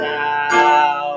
now